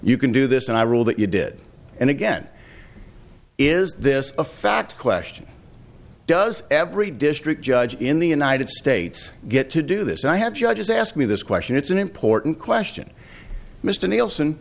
you can do this and i rule that you did and again is this a fact question does every district judge in the united states get to do this i have judges ask me this question it's an important